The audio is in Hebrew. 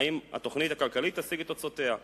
האם התוכנית הכלכלית תשיג את תוצאותיה.